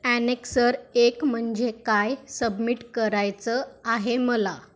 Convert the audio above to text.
annexure एक म्हणजे काय सबमिट करायचं आहे मला